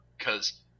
cause